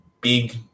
big